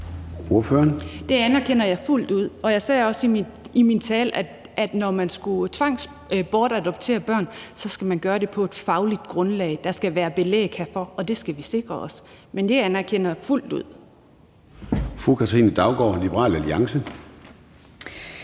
Det anerkender jeg fuldt ud, og jeg sagde også i min tale, at når man skal tvangsadoptere børn, skal man gøre det på et fagligt grundlag. Der skal være belæg herfor, og det skal vi sikre os. Men det anerkender jeg fuldt ud. Kl. 13:10 Formanden